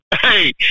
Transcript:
Hey